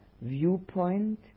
viewpoint